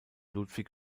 ludwig